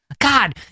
god